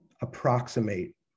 approximate